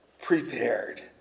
prepared